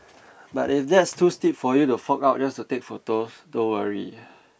but if that's too steep for you to fork out just to take photos don't worry